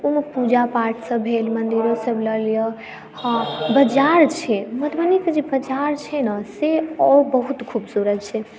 ओहिमे पूजा पाठ सभ भेल मंदिरो सभ लऽ लिअ हँ बाजार छै मधुबनीके जे बाजार छै ने से आओर बहुत खूबसूरत छै